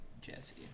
Jesse